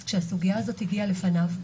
כשהסוגיה הזאת הגיעה לפני הרכב של בג"ץ,